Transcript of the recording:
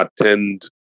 attend